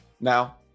Now